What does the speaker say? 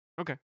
Okay